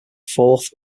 fourth